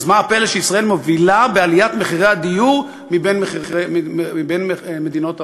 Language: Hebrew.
אז מה הפלא שישראל מובילה בעליית מחירי הדיור במדינות ה-OECD?